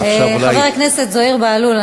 אז עכשיו אולי חבר הכנסת זוהיר בהלול,